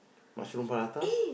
mushroom prata